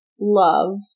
love